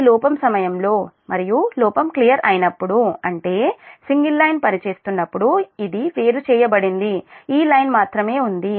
ఇది లోపం సమయంలో మరియు లోపం క్లియర్ అయినప్పుడు అంటే సింగిల్ లైన్ పనిచేస్తున్నప్పుడు ఇది వేరు చేయబడింది ఈ లైన్ మాత్రమే ఉంది